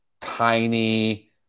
tiny